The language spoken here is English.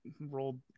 rolled